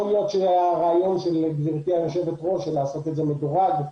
יכול להיות שהרעיון של גברתי היושבת ראש לעשות את זה מדורג,